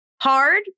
hard